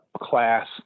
class